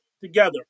together